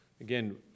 Again